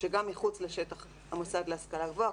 גם מחוץ לשטח המוסד להשכלה גבוהה,